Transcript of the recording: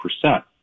percent